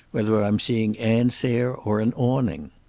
whether i'm seeing ann sayre or an awning.